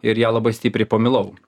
ir ją labai stipriai pamilau